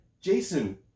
Jason